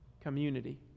community